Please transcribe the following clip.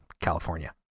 California